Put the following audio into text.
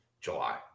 July